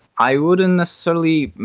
i wouldn't necessarily